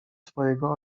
twojego